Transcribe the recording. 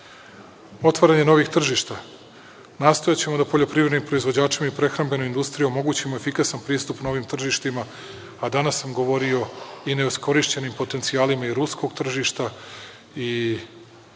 zajednice. Otvaranje novih tržišta. Nastojaćemo da poljoprivrednim proizvođačima i prehrambenoj industriji omogućimo efikasan pristup novim tržištima, a danas sam govorio i o neiskorišćenim potencijalima i ruskog tržišta i zemalja